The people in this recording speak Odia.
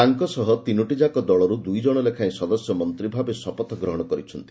ତାଙ୍କ ସହ ତିନୋଟିଯାକ ଦଳର୍ ଦୂଇ ଜଣ ଲେଖାଏଁ ସଦସ୍ୟ ମନ୍ତ୍ରୀଭାବେ ଶପଥ ଗ୍ରହଣ କରିଛନ୍ତି